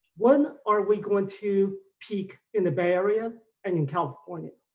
when are we going to peak in the bay area and in california?